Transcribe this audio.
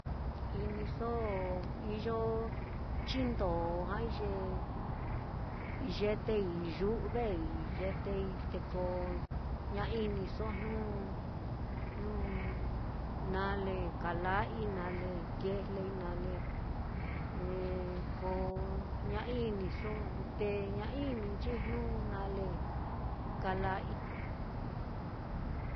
Iyo iyo chindo ja'ai ye yetei yu'vei yetei, te ko ña iniso jnu jnu nale kala'ai, nale kijlei nale eh koo ña iniso te ña ininchi jnu nale kala'ai